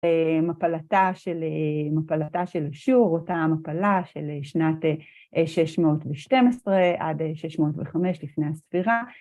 מפלתה של שור, אותה המפלה של שנת 612 עד 605 לפני הספירה.